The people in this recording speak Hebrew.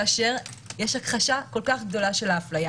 כאשר יש הכחשה כל כך גדולה של ההפליה